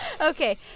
Okay